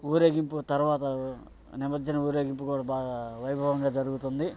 ఊరేగింపు తర్వాత నిమజ్జనం ఊరేగింపు కూడా బాగా వైభవంగా జరుగుతుంది